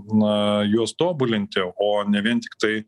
na juos tobulinti o ne vien tiktai